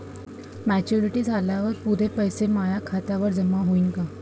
Maturity झाल्यावर पुरे पैसे माया खात्यावर जमा होईन का?